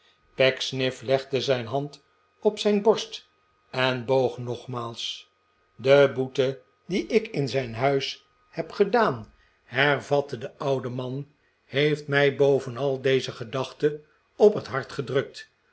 pecksniff legde'zijn hand op zijn borst en boog nogmaals de boete die ik in zijn huis heb gedaan hervatte de oude man heeft mij bovenal deze gedachte op het hart gedrukt